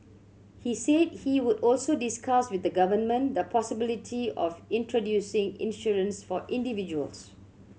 he said he would also discuss with the government the possibility of introducing insurance for individuals